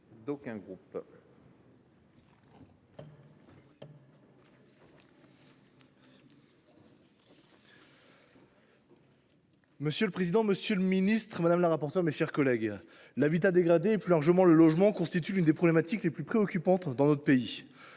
Monsieur le président, monsieur le ministre, mes chers collègues, l’habitat dégradé et plus largement le logement constituent des problématiques parmi les plus préoccupantes dans notre pays.